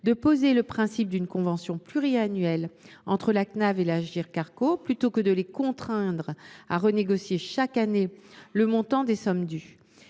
poser le principe d’une convention pluriannuelle entre la Cnav et l’Agirc Arrco plutôt que les contraindre à renégocier chaque année le montant des sommes dues.